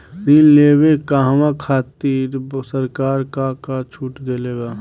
ऋण लेवे कहवा खातिर सरकार का का छूट देले बा?